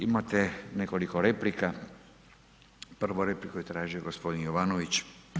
Imate nekoliko replika, prvu repliku je tražio g. Jovanović.